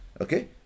okay